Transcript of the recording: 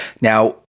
Now